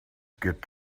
get